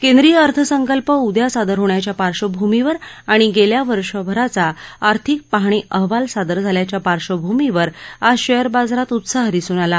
केंद्रीय अर्थसंकल्प उद्या सादर होण्याच्या पार्श्वभूमीवर आणि गेल्या वर्षभराचा आर्थिक पाहणी अहवाल सादर झाल्याच्या पार्श्वभूमीवर आज शेअर बाजारात उत्साह दिसून आला